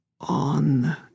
on